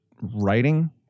writing